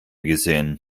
gesehen